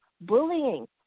bullying